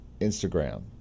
Instagram